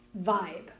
vibe